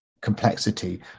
complexity